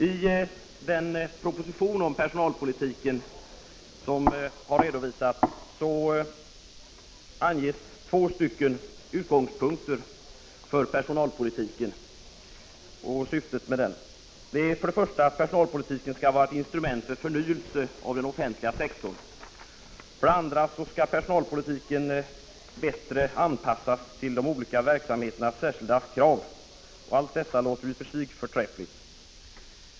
I den proposition om personalpolitiken som har redovisats anges två utgångspunkter för personalpolitiken och syftet med den. För det första skall personalpolitiken vara ett instrument för en förnyelse av den offentliga sektorn. För det andra skall personalpolitiken bättre anpassas till de olika verksamheternas särskilda krav. — Allt detta låter i och för sig förträffligt.